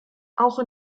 auch